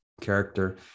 character